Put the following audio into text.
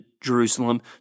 Jerusalem